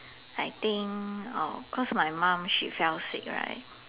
I think uh cause my mom she fell sick right